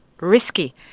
risky